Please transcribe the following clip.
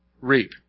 Reap